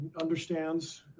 understands